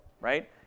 right